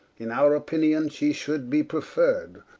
in our opinions she should be preferr'd.